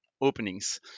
openings